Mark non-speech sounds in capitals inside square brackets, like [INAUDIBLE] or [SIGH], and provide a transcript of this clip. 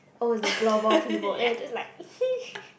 oh the floorball people then you just like [NOISE]